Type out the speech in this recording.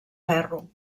ferro